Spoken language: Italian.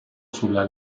sulla